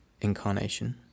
incarnation